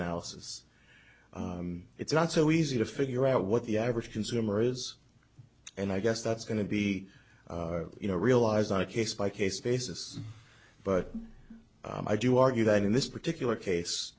analysis it's not so easy to figure out what the average consumer is and i guess that's going to be you know realize i case by case basis but i do argue that in this particular case